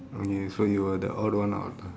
okay so you were the odd one out ah